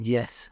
Yes